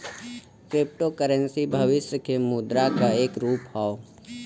crypto currency भविष्य के मुद्रा क एक रूप हौ